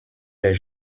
les